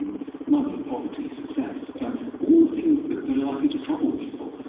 um money, poverty, success. um all the things that that are likely to trouble people,